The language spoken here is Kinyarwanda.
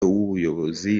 w’ubuyobozi